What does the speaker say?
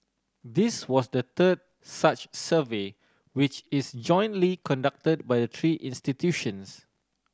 this was the third such survey which is jointly conduct by the three institutions